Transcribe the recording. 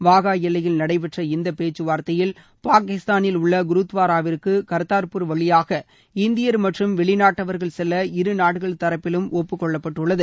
வாகா எல்லையில் நடைபெற்ற இந்த பேச்சுவார்த்தையில் பாகிஸ்தானில் உள்ள குருத்துவாராவிற்கு கர்தார்பூர் வழியாக இந்தியர் மற்றும் வெளிநாட்டவர்கள் செல்ல இருநாடுகள் தரப்பிலும் ஒப்புக்கொள்ளப்பட்டுள்ளது